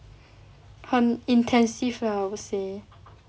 很 intensive lah I would say